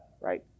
right